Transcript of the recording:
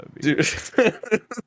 Dude